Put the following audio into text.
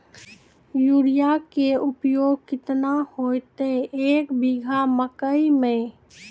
Urea के उपयोग केतना होइतै, एक बीघा मकई मे?